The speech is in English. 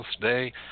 day